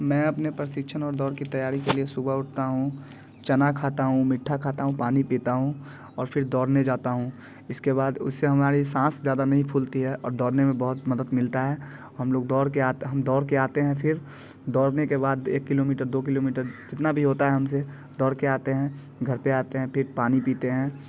मैं अपने प्रशिक्षण और दौड़ की तैयारी के लिए सुबह उठता हूँ चना खाता हूँ माट्ठा खाता हूँ पानी पीता हूँ और फिर दौड़ने जाता हूँ इसके बाद उससे हमारी साँस ज़्यादा नहीं फूलती है और दौड़ने में बहुत मदद मिलता है हम लोग दौड़ के हम दौड़ के आते हैं फिर दौड़ने के बाद एक किलोमीटर दो किलोमीटर जितना भी होता है हमसे दौड़ के आते हैं घर पे आते हैं फिर पानी पीते हैं